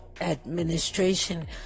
administration